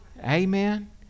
Amen